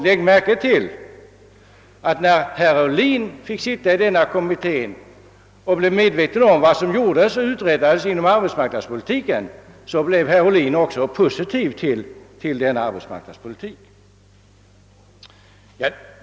Lägg märke till att när herr Ohlin fick sitta i denna kommitté och blev medveten om vad som uträttades inom arbetsmarknadspolitiken, så blev han också positivt inställd till denna arbetsmarknadspolitik.